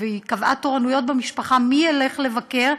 היא קבעה תורנויות במשפחה מי ילך לבקר.